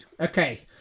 okay